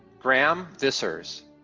graeme vissers,